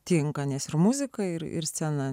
tinka nes ir muzika ir ir scena